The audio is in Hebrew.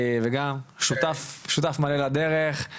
וגם שותף מלא לדרך.